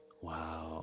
Wow